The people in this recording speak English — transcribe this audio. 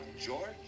george